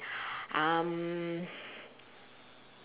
um